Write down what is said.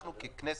אנחנו ככנסת,